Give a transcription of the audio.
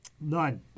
None